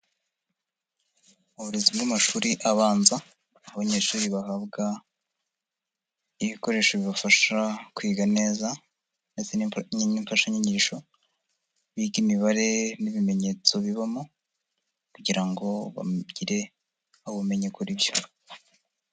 Uburezi bw'amashuri abanza, aho abanyeshuri bahabwa ibikoresho bibafasha kwiga neza ndetse n'imfashanyigisho, biga imibare n'ibimenyetso bibamo kugira ngo bagire ubumenyi kuri byo.